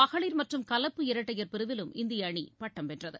மகளிர் மற்றும் கலப்பு இரட்டையர் பிரிவிலும் இந்தியஅணிபட்டம் வென்றது